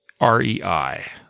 REI